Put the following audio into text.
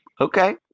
Okay